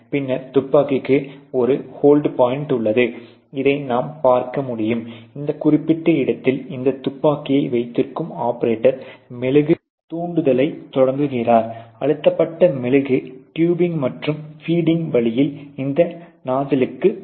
பின்னர் துப்பாக்கிக்கு ஒரு ஹோல்டு பாயிண்ட் உள்ளது இதை நாம் பார்க்க முடியும் இந்த குறிப்பிட்ட இடத்தில் இந்த துப்பாக்கியை வைத்திருக்கும் ஆபரேட்டர் மெழுகு தூண்டுதலைத் தொடங்குகிறார் அழுத்தப்பட்ட மெழுகு டுபிங் மற்றும் பீடிங் வழியில் இந்த நாஸ்சிலிக்கு வரும்